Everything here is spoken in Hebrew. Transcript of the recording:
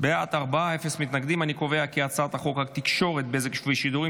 את הצעת חוק התקשורת (בזק ושידורים)